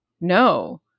No